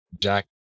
Jack